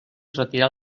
retirar